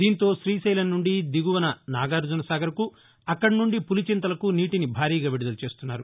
దీంతో శ్రీశైలం నుండి దిగువన నాగార్జనసాగర్కు అక్కడనుండి పులిచింతలకు నీటిని భారీగా విడుదల చేస్తున్నారు